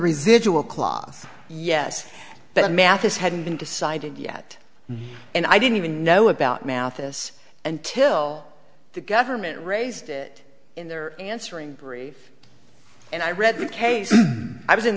residual clause yes but mathis hadn't been decided yet and i didn't even know about mathis until the government raised it in their answering brief and i read the case i was in